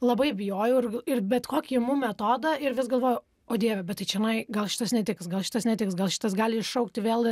labai bijojau ir bet kokį imu metodą ir vis galvoju o dieve bet tai čenai gal šitas netiks gal šitas netiks gal šitas gali iššaukti vėl